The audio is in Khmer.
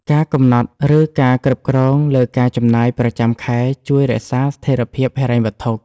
ការកំណត់ ឬការគ្រប់គ្រងលើការចំណាយប្រចាំខែជួយរក្សាស្ថេរភាពហិរញ្ញវត្ថុ។